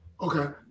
Okay